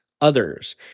others